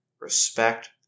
Respect